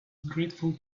grateful